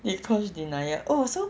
dee kosh denial oh so